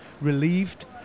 relieved